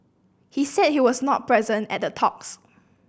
he said he was not present at the talks